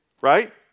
right